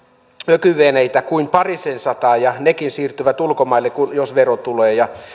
ökyveneitä kuin parisensataa ja nekin siirtyvät ulkomaille jos vero tulee